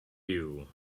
you